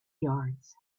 yards